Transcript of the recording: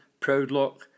Proudlock